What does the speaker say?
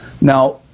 Now